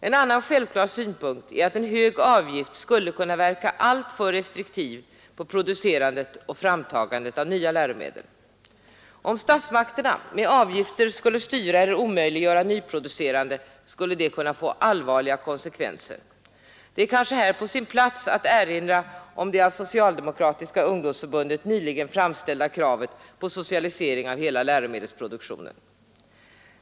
En annan självklar synpunkt är att en hög avgift skulle kunna verka alltför restriktivt på producerandet och framtagandet av nya läromedel. Om statsmakterna med avgifter skulle styra eller omöjliggöra nyproducerande skulle detta kunna få allvarliga konsekvenser. Det är kanske här på sin plats att erinra om det av Socialdemokratiska ungdomsförbundet nyligen framställda kravet på socialisering av hela läromedelsproduktionen.